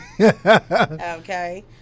Okay